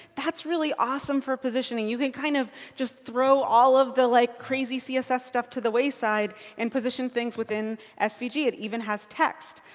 that's really awesome for positioning. you can kind of just throw all of the like crazy css stuff to the wayside and position things within ah svg. yeah it even has text.